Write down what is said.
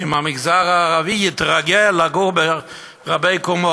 אם המגזר הערבי יתרגל לגור ברבי-קומות.